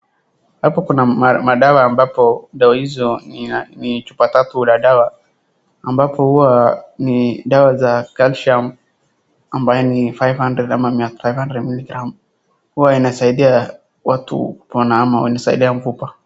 Hapo kuna madawa ambapo dawa hizo ni chupa tatu la dawa ambapo huwa ni dawa za calcium ambaye ni five hundred miligram huwa inasaidia watu ama inasaidia mfupa.